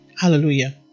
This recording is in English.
Hallelujah